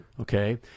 Okay